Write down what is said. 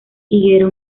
higuera